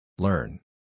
Learn